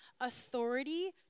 authority